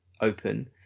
open